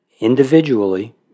Individually